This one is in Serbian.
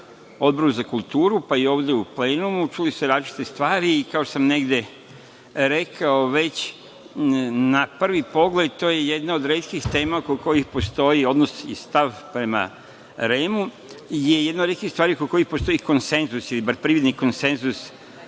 Odboru za kulturu, pa i ovde u plenumu, čuli smo različite stvari i, kao što sam negde rekao već, na prvi pogled to je jedna od retkih tema oko kojih postoji odnos i stav prema REM-u, jedna od retkih stvari oko postoji konsenzus ili bar prividni konsenzus